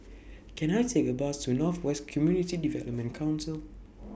Can I Take A Bus to North West Community Development Council